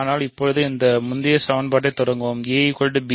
ஆனால் இப்போது இந்த முந்தைய சமன்பாட்டைத் தொடங்குவோம் a b c